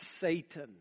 Satan